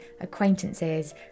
acquaintances